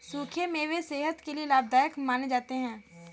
सुखे मेवे सेहत के लिये लाभदायक माने जाते है